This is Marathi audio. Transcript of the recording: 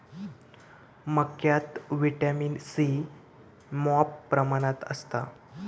मक्यात व्हिटॅमिन सी मॉप प्रमाणात असता